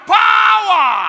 power